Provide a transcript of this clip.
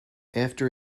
after